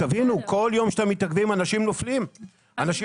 כל יום שאתם מתעכבים אנשים נופלים ונהרגים.